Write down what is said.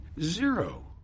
Zero